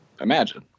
imagine